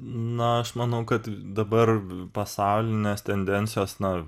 na aš manau kad dabar pasaulinės tendencijos na